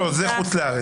לא, זה לגבי חוץ לארץ.